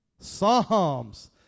Psalms